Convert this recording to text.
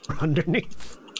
underneath